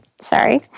Sorry